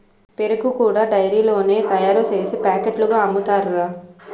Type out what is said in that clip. పెరుగు కూడా డైరీలోనే తయారుసేసి పాకెట్లుగా అమ్ముతారురా